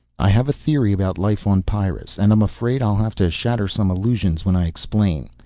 i have a theory about life on pyrrus, and i'm afraid i'll have to shatter some illusions when i explain.